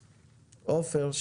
עופר,